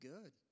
Good